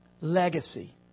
Legacy